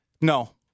No